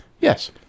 Yes